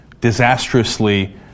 disastrously